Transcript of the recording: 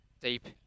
deep